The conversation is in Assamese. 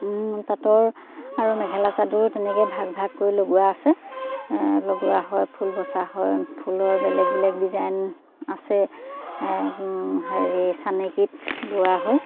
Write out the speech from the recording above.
তাঁতৰ আৰু মেখেলা চাদৰো তেনেকৈ ভাগ ভাগ কৰি লগোৱা আছে লগোৱা হয় ফুল বচা হয় ফুলৰ বেলেগ বেলেগ ডিজাইন আছে হেৰি চানেকিত বোৱা হয়